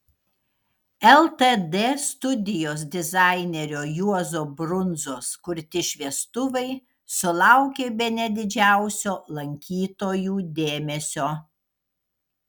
ltd studijos dizainerio juozo brundzos kurti šviestuvai sulaukė bene didžiausio lankytojų dėmesio